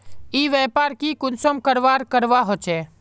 ई व्यापार की कुंसम करवार करवा होचे?